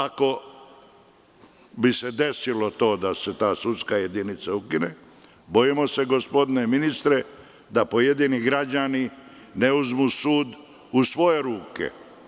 Drugo, ako bi se desilo da se ta sudska jedinica ukine, bojimo se gospodine ministre da pojedini građani ne uzmu sud u svoje ruke.